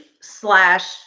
slash